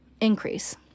increase